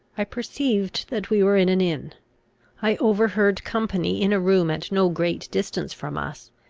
i perceived that we were in an inn i overheard company in a room at no great distance from us,